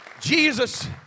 Jesus